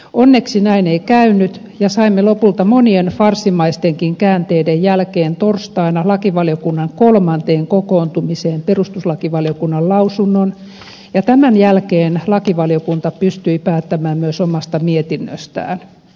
onneksi näin ei käynyt ja saimme lopulta monien farssimaistenkin käänteiden jälkeen torstaina lakivaliokunnan kolmanteen kokoontumiseen perustuslakivaliokunnan lausunnon ja tämän jälkeen lakivaliokunta pystyi päättämään myös omasta mietinnöstään